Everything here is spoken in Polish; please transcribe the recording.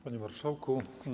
Panie Marszałku!